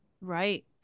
Right